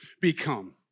become